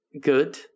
good